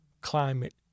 climate